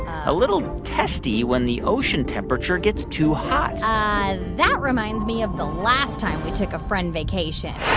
a little testy when the ocean temperature gets too hot that reminds me of the last time we took a friend vacation